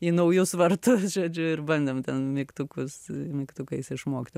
į naujus vartus žodžiu ir bandėm ten mygtukus mygtukais išmokti